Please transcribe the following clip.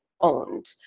owned